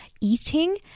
eating